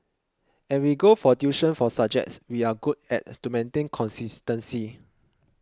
and we go for tuition for subjects we are good at to maintain consistency